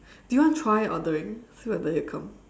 do you want to try ordering see whether they'll come